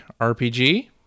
RPG